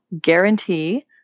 guarantee